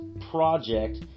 project